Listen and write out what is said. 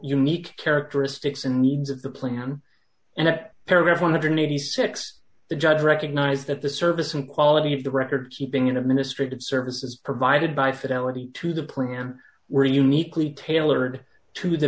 unique characteristics and needs of the plan and at paragraph one hundred and eighty six the judge recognized that the service and quality of the record keeping in the ministry of services provided by fidelity to the program were uniquely tailored to the